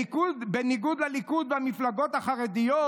בניגוד לליכוד ולמפלגות החרדיות,